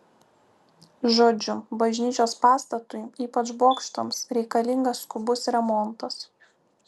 žodžiu bažnyčios pastatui ypač bokštams reikalingas skubus remontas